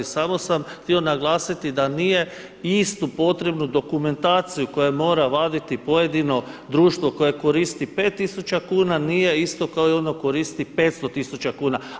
Samo sam htio naglasiti da nije istu potrebnu dokumentaciju koju mora vaditi pojedino društvo koje koristi 5000 kuna nije isto kao i ono koje koristi 500 tisuća kuna.